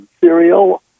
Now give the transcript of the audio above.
cereal